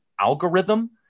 algorithm